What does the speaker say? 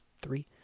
three